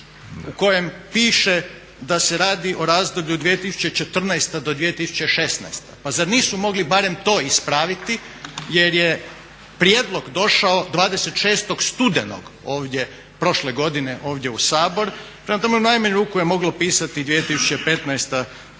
u kojem piše da se radi o razdoblju 2014. do 2016.. Pa zar nisu mogli barem to ispraviti jer je prijedlog došao 26. studenog prošle godine ovdje u Sabor. Prema tome u najmanju ruku je moglo pisati 2015. do